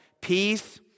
Peace